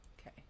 Okay